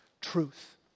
truth